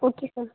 okay sir